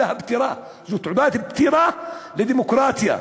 אלא "הפטירה"; זו תעודת פטירה לדמוקרטיה,